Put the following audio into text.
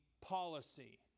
policy